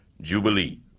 jubilee